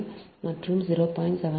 5 மற்றும் 0